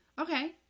Okay